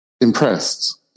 impressed